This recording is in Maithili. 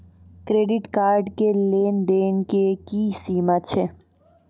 क्रेडिट कार्ड के लेन देन के की सीमा छै?